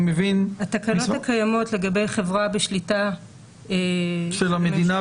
התקנות הקיימות לגבי חברה בשליטה של הממשלה,